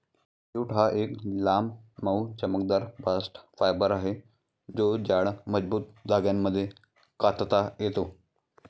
jute हा एक लांब, मऊ, चमकदार बास्ट फायबर आहे जो जाड, मजबूत धाग्यांमध्ये कातता येतो